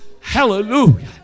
Hallelujah